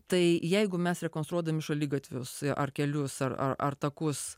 tai jeigu mes rekonstruodami šaligatvius ar kelius ar ar takus